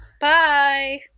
Bye